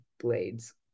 blades